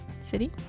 City